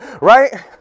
right